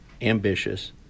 ambitious